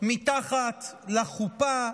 מתחת לחופה?